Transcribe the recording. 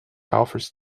offers